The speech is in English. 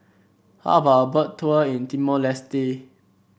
how about a Boat Tour in Timor Leste